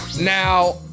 Now